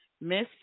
Miss